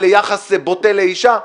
על יחס בוטה לאשה,